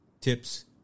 Tips